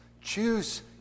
Choose